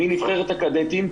מנבחרת הקדטים,